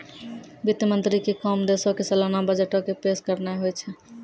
वित्त मंत्री के काम देशो के सलाना बजटो के पेश करनाय होय छै